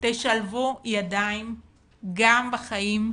תשלבו ידיים גם בחיים,